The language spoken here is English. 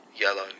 yellow